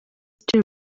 too